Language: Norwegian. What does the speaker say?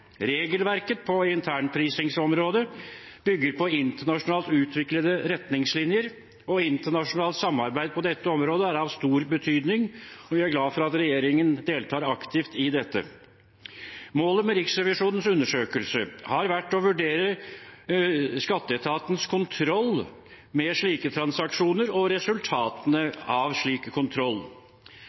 Regelverket på internprisingsområdet bygger på internasjonalt utviklede retningslinjer. Internasjonalt samarbeid på dette området er av stor betydning, og vi er glad for at regjeringen deltar aktivt i dette. Målet med Riksrevisjonens undersøkelse har vært å vurdere skatteetatens kontroll med slike transaksjoner og resultatene av slik kontroll.